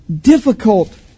difficult